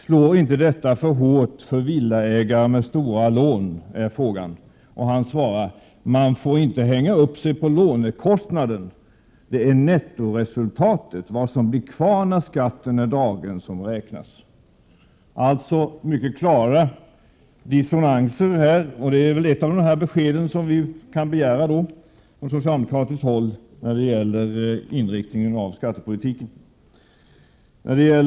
Slår inte detta för hårt för villaägare med stora lån?” Erik Åsbrink svarar: ”Man får inte hänga upp sig på lånekostnaden. Det är nettoresultatet, vad som blir kvar när skatten är dragen, som räknas.” Här är det alltså mycket klara dissonanser. Det är väl ett av de besked som vi kan begära från socialdemokratiskt håll när det gäller inriktningen av skattepolitiken.